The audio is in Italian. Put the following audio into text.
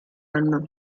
anno